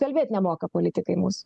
kalbėt nemoka politikai mūsų